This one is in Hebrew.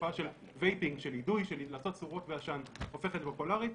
תופעה של אידוי ולעשות צורות בעשן הופכת להיות פופולארית.